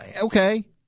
okay